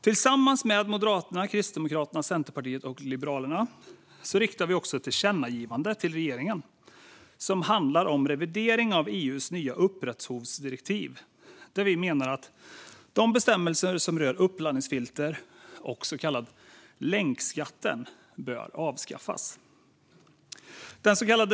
Tillsammans med Moderaterna, Kristdemokraterna, Centerpartiet och Liberalerna riktar vi ett tillkännagivande till regeringen som handlar om revidering av EU:s nya upphovsrättsdirektiv, där vi menar att de bestämmelser som rör uppladdningsfilter och den så kallade länkskatten bör avskaffas.